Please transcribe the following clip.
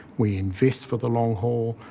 we invest for the long haul,